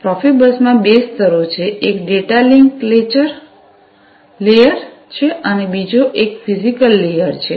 પ્રોફિબસમાં બે સ્તરો છે એક ડેટા લિંક લેયર છે અને બીજો એક ફિજીકલ લેયર છે